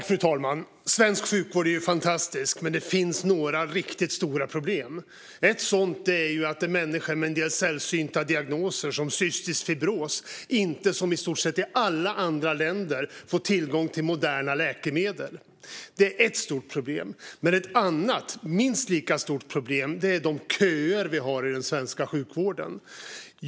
Fru talman! Svensk sjukvård är fantastisk. Men det finns några riktigt stora problem. Ett sådant är att en människa med en del sällsynta diagnoser som cystisk fibros inte, som i stort sett alla andra länder, får tillgång till moderna läkemedel. Det är ett stort problem. Ett annat minst lika stort problem är de köer vi har i den svenska sjukvården.